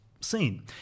seen